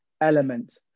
element